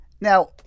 Now